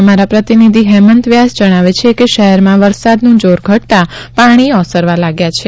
અમારા પ્રતિનિધિ હેમંત વ્યાસ જણાવે છે કે શહેરમાં વરસાદનું જોર ઘટતાં પાણી ઓસરવા લાગ્યા છે